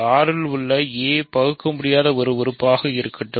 R இல் உள்ள a பகுக்கமுடியாத உறுப்பு யாக இருக்கட்டும்